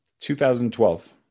2012